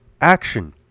action